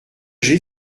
j’ai